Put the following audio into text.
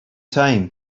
time